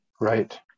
Right